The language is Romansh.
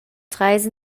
treis